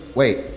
wait